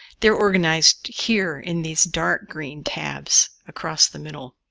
they are organized here in these dark green tabs across the middle.